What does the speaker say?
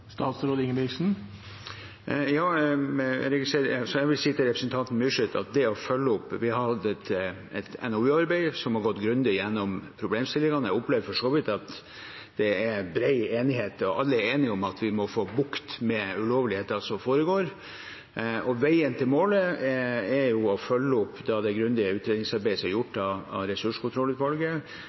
Jeg vil si til representanten Myrseth at vi har hatt et NOU-arbeid som har gått grundig igjennom problemstillingene. Jeg opplever for så vidt at det er bred enighet om, eller at alle er enige om, at vi må få bukt med ulovlighetene som foregår. Veien til målet er å følge opp det grundige utredningsarbeidet som er gjort av ressurskontrollutvalget. Jeg tror det er viktig å komme i gang, og derfor har vi tenkt å implementere de aller fleste av